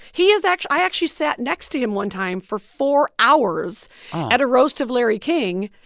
he is actually i actually sat next to him one time for four hours at a roast of larry king.